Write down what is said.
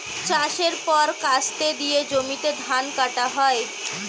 চাষের পর কাস্তে দিয়ে জমিতে ধান কাটা হয়